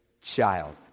child